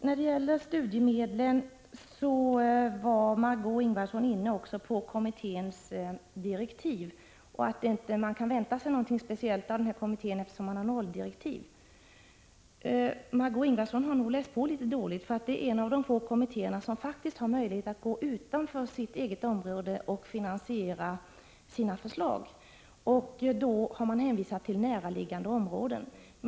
När det gäller studiemedlen tog Margö Ingvardsson upp studiemedelskommitténs direktiv. Hon sade att man inte kan vänta sig något speciellt av kommittén, eftersom den har nolldirektiv. Margö Ingvardsson har nog läst pålitet dåligt, därför att detta är en av de få kommittéer som har möjlighet att gå utanför sitt eget område — vissa näraliggande områden har nämnts — och finansiera sina förslag.